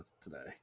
today